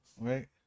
right